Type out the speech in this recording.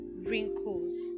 wrinkles